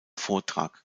vortrag